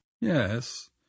Yes